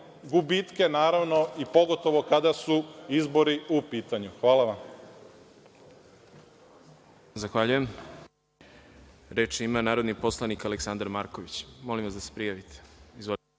gubitke, naravno pogotovo kada su izbori u pitanju. Hvala vam.